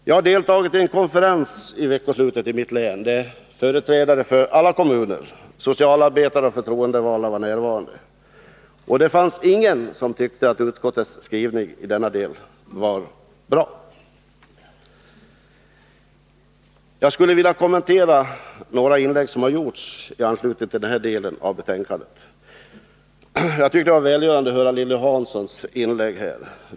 Jag har under veckoslutet deltagit i en konferens i mitt län, där företrädare för alla kommuner, socialarbetare och förtroendevalda, var närvarande. Det var ingen av dem som tyckte att utskottets skrivning i denna del var bra. Jag skulle sedan vilja kommentera några inlägg som har gjorts i anslutning till denna del av betänkandet. Det var välgörande att höra Lilly Hanssons inlägg här.